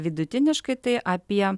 vidutiniškai tai apie